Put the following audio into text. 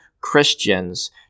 Christians